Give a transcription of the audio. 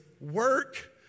work